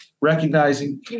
recognizing